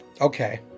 Okay